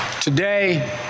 Today